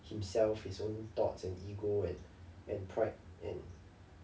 himself his own thoughts and ego and and pride and